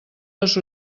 les